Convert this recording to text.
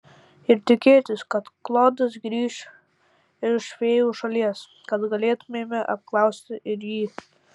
ir tikėtis kad klodas grįš iš fėjų šalies kad galėtumėme apklausti ir jį